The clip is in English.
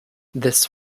this